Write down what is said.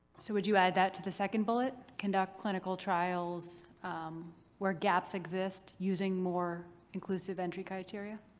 so would you add that to the second bullet, conduct clinical trials where gaps exist using more inclusive entry criteria?